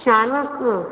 चार वाजता